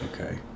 Okay